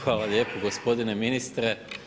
Hvala lijepo gospodine ministre.